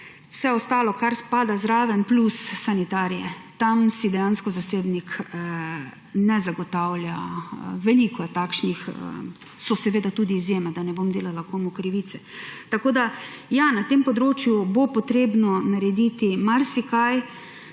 vse ostalo, kar spada zraven, plus sanitarije. Tam si dejansko zasebnik ne zagotavlja, veliko je takšnih, so seveda tudi izjeme, da ne bom delala komu krivice. Na tem področju bo treba narediti marsikaj.